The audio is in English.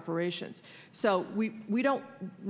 operations so we we don't